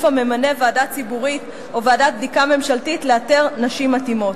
הממנה ועדה ציבורית או ועדת בדיקה ממשלתית לאתר נשים מתאימות.